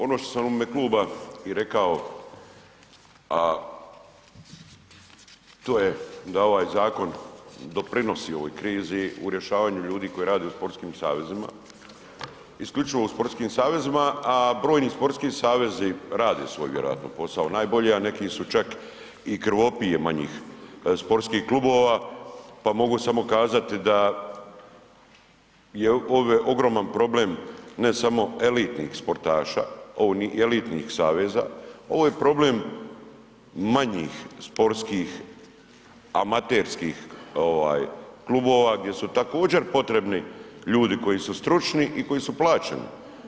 Ono što sam i u ime kluba i rekao, a to je da ovaj zakon doprinosi ovoj krizi u rješavanju ljudi koji rade u sportskim savezima, isključivo u sportskim savezima, a brojni sportski savezi rade svoj vjerojatno posao najbolje, a neki su čak i krvopije manjih sportskih klubova, pa mogu samo kazati da je ovo ogroman problem ne samo elitnih sportaša, elitnih saveza, ovo je problem manjih sportskih amaterskih ovaj klubova gdje su također potrebni ljudi koji su stručni i koji su plaćeni.